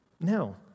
No